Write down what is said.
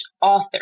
author